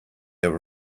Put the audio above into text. ever